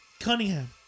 Cunningham